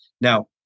now